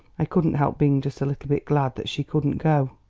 i couldn't help being just a little bit glad that she couldn't go.